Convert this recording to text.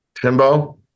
Timbo